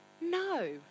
no